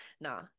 nah